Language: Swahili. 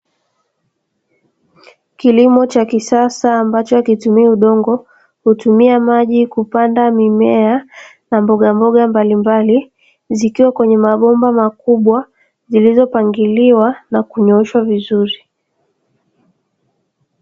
Kilimo cha kisasa ambacho hakitumii udongo hutumia maji kupanda mimea na mbogamboga mbalimbali, zikiwa kwenye mabomba makubwa zilizopangiliwa na kunyooshwa vizuri.